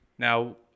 Now